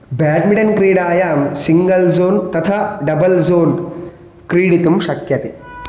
bat मिण्टन् क्रीडायाम् single zone तथा double zone क्रीडितुं शक्यते